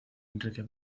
enrique